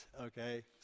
Okay